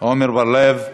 עמר בר-לב,